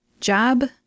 job